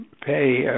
pay